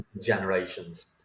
generations